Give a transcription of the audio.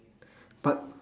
but